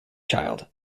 child